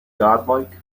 godlike